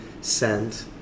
send